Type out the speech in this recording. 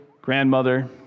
grandmother